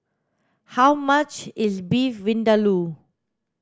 how much is Beef Vindaloo